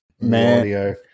Man